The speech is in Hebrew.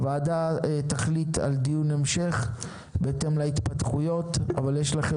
הוועדה תחליט על דיון המשך בהתאם להתפתחויות אבל יש לכם